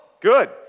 Good